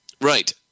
Right